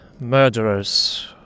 murderers